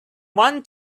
one